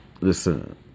listen